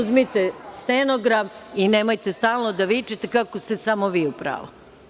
Uzmite stenogram i nemojte stalno da vičete kako ste samo vi u pravu.